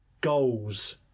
goals